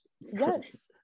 Yes